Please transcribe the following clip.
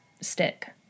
stick